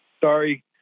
sorry